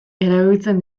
erabiltzen